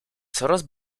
coraz